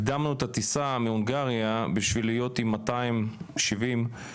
הקדמנו את הטיסה מהונגריה בשביל להיות עם 270 עולים